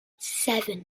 seven